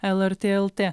lrt lt